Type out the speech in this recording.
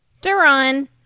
Duran